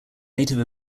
native